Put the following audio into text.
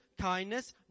kindness